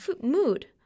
mood